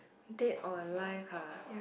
dead or alive ha